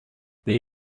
their